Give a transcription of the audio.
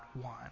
one